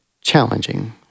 challenging